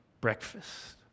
breakfast